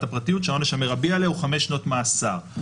הפרטיות שהעונש המירבי עליה הוא חמש שנות מאסר.